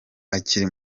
akiri